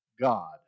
God